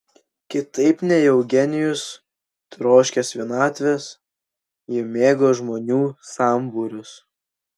kitaip nei eugenijus troškęs vienatvės ji mėgo žmonių sambūrius